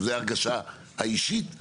זו ההרגשה האישית שלי.